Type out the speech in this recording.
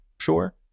sure